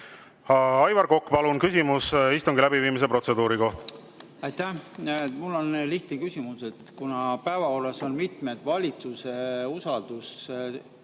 Aivar Kokk, palun, küsimus istungi läbiviimise protseduuri kohta! Aitäh! Mul on lihtne küsimus. Kuna päevakorras on mitmed valitsuse usaldusega